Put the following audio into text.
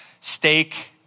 steak